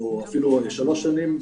או אפילו שלוש שנים,